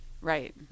Right